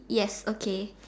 yes okay